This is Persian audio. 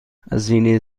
هزینه